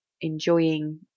enjoying